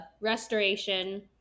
restoration